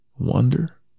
Wonder